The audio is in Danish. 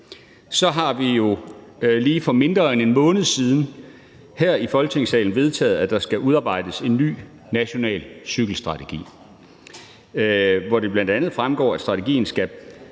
har vi jo lige for mindre end en måned siden her i Folketingssalen vedtaget, at der skal udarbejdes en ny national cykelstrategi, hvor det bl.a. fremgår, at strategien skal